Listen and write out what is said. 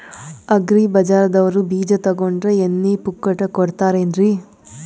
Agri ಬಜಾರದವ್ರು ಬೀಜ ತೊಗೊಂಡ್ರ ಎಣ್ಣಿ ಪುಕ್ಕಟ ಕೋಡತಾರೆನ್ರಿ?